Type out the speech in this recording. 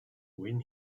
when